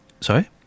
Sorry